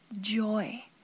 joy